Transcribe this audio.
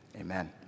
Amen